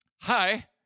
hi